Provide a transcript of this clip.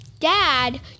Dad